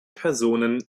personen